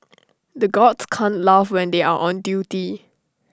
the guards can't laugh when they are on duty